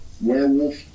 werewolf